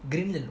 greenland